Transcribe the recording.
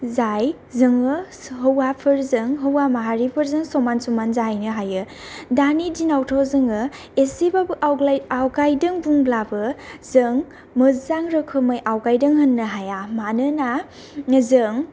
जाय जोङो सो हौवाफोरजों हौवा माहारिफोरजों समान समान जाहैनो हायो दानि दिनावथ' जोङो एसेबाबो आवग्लाय आवगायदों बुंब्लाबो जों मोजां रोखोमै आवगायदों होननो हाया मानोना जों